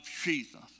Jesus